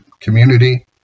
community